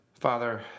Father